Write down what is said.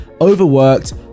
overworked